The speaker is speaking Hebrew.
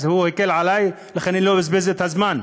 אז הוא הקל עלי ולכן לא אבזבז את הזמן.